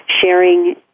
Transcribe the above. sharing